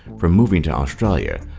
from moving to australia.